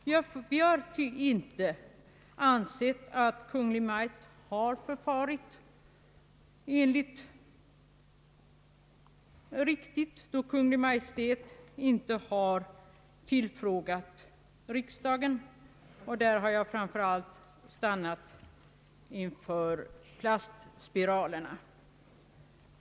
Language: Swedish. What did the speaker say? Vi har ansett att Kungl. Maj:t i vissa ärenden icke förfarit riktigt då Kungl. Maj:t inte tillfrågat riksdagen. I det avseendet har jag framför allt stannat vid beslutet om plastspiralerna.